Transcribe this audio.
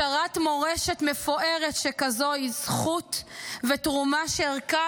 השארת מורשת מפוארת שכזו היא זכות ותרומה שערכה